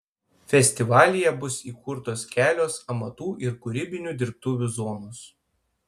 festivalyje bus įkurtos kelios amatų ir kūrybinių dirbtuvių zonos